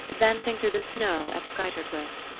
advancing through the snow at skuytercliff.